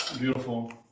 Beautiful